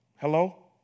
Hello